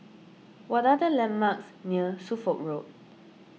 what are the landmarks near Suffolk Road